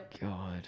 God